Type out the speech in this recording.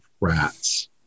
rats